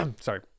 sorry